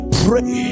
pray